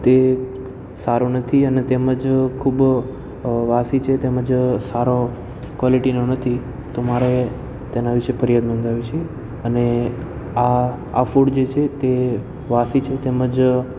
તે સારો નથી અને તેમજ ખૂબ વાસી છે તેમજ સારો કોલેટીનો નથી તો મારે તેના વિશે ફરિયાદ નોંધાવી છે અને આ આ ફૂડ જે છે તે વાસી છે તેમજ